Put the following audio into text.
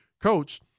coach